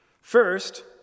First